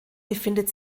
befindet